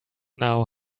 now